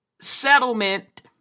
settlement